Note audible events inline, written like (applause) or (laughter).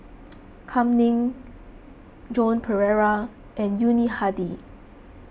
(noise) Kam Ning Joan Pereira and Yuni Hadi